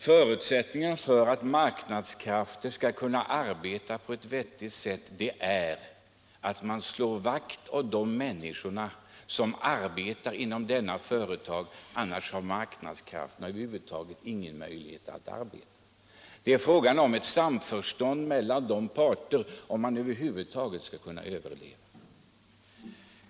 Förutsättningen för att marknadskrafter skall kunna arbeta på ett vettigt sätt är att man slår vakt om de människor som arbetar inom företagen. Annars har marknadskrafterna över huvud taget ingen möjlighet att arbeta. Det är fråga om ett samförstånd mellan parterna om man över huvud taget skall kunna överleva.